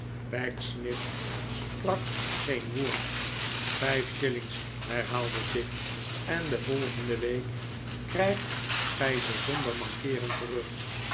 pecksniff sprak geen woord vijf shillings herhaalde tigg en de volgende week krijgt gij ze zonder mankeeren terug